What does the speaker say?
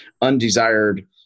undesired